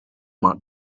marked